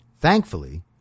Thankfully